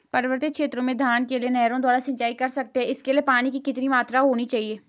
पर्वतीय क्षेत्रों में धान के लिए नहरों द्वारा सिंचाई कर सकते हैं इसके लिए पानी की कितनी मात्रा होनी चाहिए?